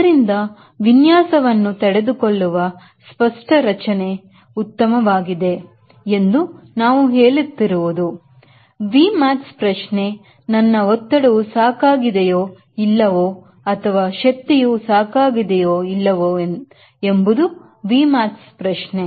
ಆದ್ದರಿಂದ ವಿನ್ಯಾಸವನ್ನು ತಡೆದುಕೊಳ್ಳುವ ಸ್ಟು ರಚನೆ ಉತ್ತಮವಾಗಿದೆ ಎಂದು ನಾವು ಹೇಳುತ್ತಿರುವುದು Vmax ಪ್ರಶ್ನೆ ನನ್ನ ಒತ್ತಡವು ಸಾಕಾಗಿದೆಯೇ ಇಲ್ಲ ಇಲ್ಲವೋ ಅಥವಾ ಶಕ್ತಿಯು ಸಾಕ್ ಆಗಿದೆಯೋ ಇಲ್ಲವೋ ಎಂಬುದು Vmax ಪ್ರಶ್ನೆ